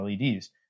LEDs